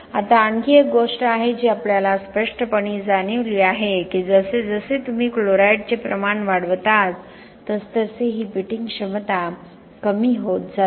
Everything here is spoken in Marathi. आता आणखी एक गोष्ट आहे जी आपल्याला स्पष्टपणे जाणवली आहे की जसे जसे तुम्ही क्लोराईडचे प्रमाण वाढवत आहात तसतसे ही पिटिंग क्षमता कमी होत जाते